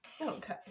okay